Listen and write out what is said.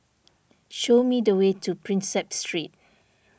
show me the way to Prinsep Street